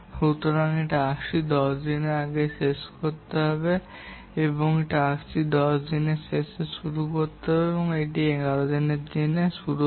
সুতরাং এই টাস্কটি 10 দিনের শেষে শেষ হবে এবং এই টাস্কটি 10 দিনের শেষে শুরু হবে বা এটি 11 দিনের শুরু হয়